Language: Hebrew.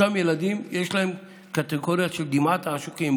אותם ילדים, יש להם קטגוריה של דמעת העשוקים.